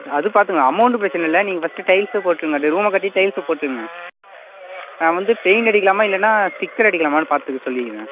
அது பார்த்துக்கலாம் அமௌண்ட் பிரச்சினை இல்லை நீங்கள் ஃபஸ்ட்டு டைல்ஸில் போட்டுருங்க ரூமை கட்டி டைல்ஸில் போட்டுருங்க நான் வந்து பெயிண்ட் அடிக்கலாமா இல்லைன்னா ஸ்டிக்கர் அடிக்கலாமான்னு பார்த்து சொல்லிக்கிறேன்